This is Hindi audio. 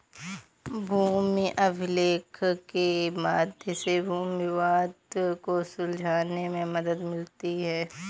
भूमि अभिलेख के मध्य से भूमि विवाद को सुलझाने में मदद मिलती है